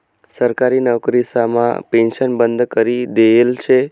सरकारी नवकरीसमा पेन्शन बंद करी देयेल शे